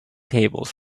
tables